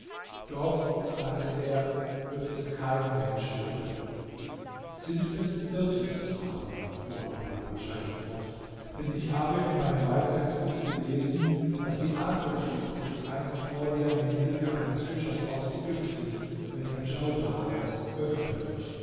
dort sagte er wird es kein mensch holen sintbest irrte sich aber fuhr abul adjaib fort denn ich habe in meinem weisheitsbuch gelesen daß die adlerschlucht sich einst vor dir mit hilfe eines fischers aus ägypten welcher djaudar heißt öffnen wird